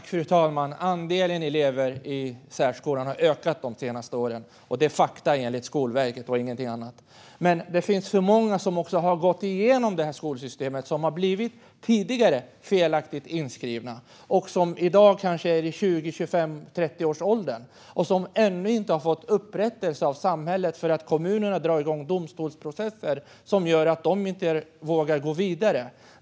Fru talman! Andelen elever i särskolan har ökat de senaste åren. Det är fakta enligt Skolverket, ingenting annat. Men det finns för många som har gått igenom skolsystemet och blivit felaktigt inskrivna tidigare. I dag är de kanske i 20-, 25 eller 30-årsåldern, och de har ännu inte fått upprättelse av samhället. Kommunerna drar igång domstolsprocesser som gör att de inte vågar gå vidare.